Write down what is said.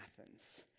Athens